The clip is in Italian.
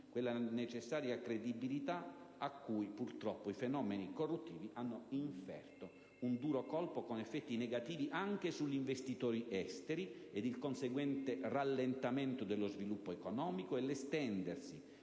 quella necessaria credibilità a cui, purtroppo, i fenomeni corruttivi hanno inferto un duro colpo, con effetti negativi anche sugli investitori esteri, il conseguente rallentamento dello sviluppo economico, e l'estendersi